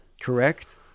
Correct